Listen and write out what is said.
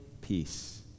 peace